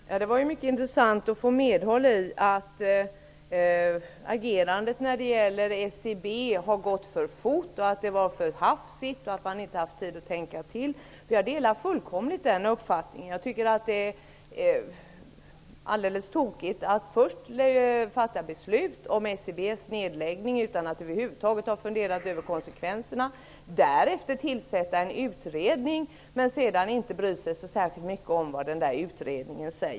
Herr talman! Det är mycket intressant att notera att jag får medhåll. Här sägs ju att agerandet när det gäller SIB har gått för fort, att det hela var för hafsigt och att man inte har haft tid att tänka efter. Jag delar alltså helt och fullt den uppfattningen. Det är ju alldeles tokigt att först fatta beslut om en nedläggning av SIB utan att över huvud taget ha funderat över konsekvenserna för att därefter tillsätta en utredning och sedan inte bry sig särskilt mycket om vad som sägs i den utredningen.